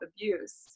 abuse